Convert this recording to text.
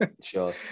sure